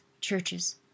churches